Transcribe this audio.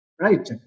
Right